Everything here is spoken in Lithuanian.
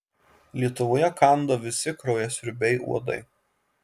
lietuvoje kanda visi kraujasiurbiai uodai